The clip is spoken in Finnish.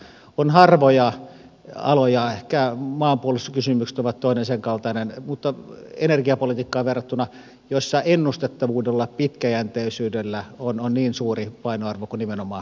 on harvoja aloja ehkä maanpuolustuskysymykset ovat toinen senkaltainen energiapolitiikkaan verrattuna joilla ennustettavuudella pitkäjänteisyydellä on niin suuri painoarvo kuin nimenomaan energiapolitiikassa